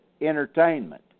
entertainment